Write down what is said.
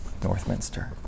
Northminster